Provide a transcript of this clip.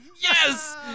yes